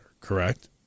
correct